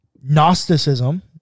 Gnosticism